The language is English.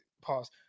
pause